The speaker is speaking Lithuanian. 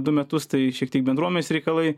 du metus tai šiek tiek bendruomenės reikalai